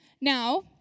Now